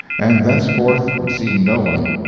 and thenceforth would see no one.